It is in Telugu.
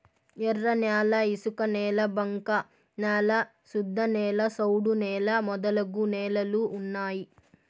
ఎర్రన్యాల ఇసుకనేల బంక న్యాల శుద్ధనేల సౌడు నేల మొదలగు నేలలు ఉన్నాయి